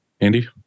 Andy